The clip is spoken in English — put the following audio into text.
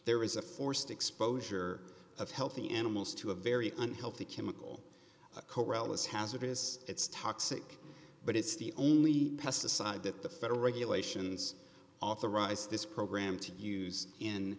there is a forced exposure of healthy animals to a very unhealthy chemical coelus hazardous it's toxic but it's the only pesticide that the federal regulations authorized this program to use in